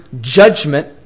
judgment